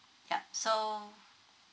yup so